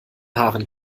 haaren